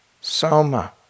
soma